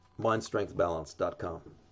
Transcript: MindStrengthBalance.com